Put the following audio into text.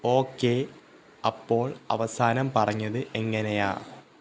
okay അപ്പോൾ അവസാനം പറഞ്ഞത് എങ്ങനെയാണ്